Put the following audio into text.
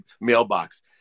mailbox